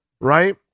right